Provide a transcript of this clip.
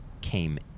came